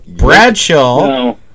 Bradshaw